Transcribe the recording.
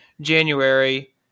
January